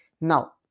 Now